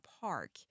park